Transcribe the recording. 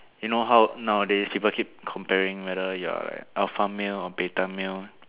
you know how nowadays people keep comparing whether you're alpha male or beta male